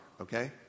Okay